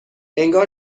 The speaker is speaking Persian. انگار